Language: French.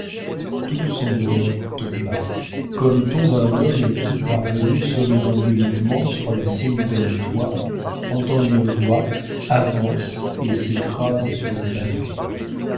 tout son bonheur tomba comme tombe un homme qui parvenu somnambuliquement sur la cime d'un toit entend une voix avance et s'écrase sur le pavé